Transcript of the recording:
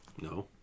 No